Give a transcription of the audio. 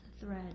thread